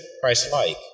Christ-like